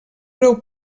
breu